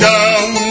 Down